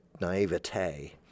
naivete